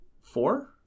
four